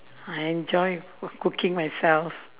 I enjoy coo~ cooking myself